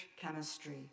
Chemistry